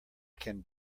can